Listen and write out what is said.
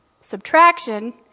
subtraction